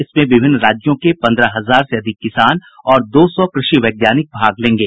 इसमें विभिन्न राज्यों के पंद्रह हजार से अधिक किसान और दो सौ कृषि वैज्ञानिक भाग लेंगे